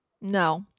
No